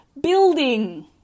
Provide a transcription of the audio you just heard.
building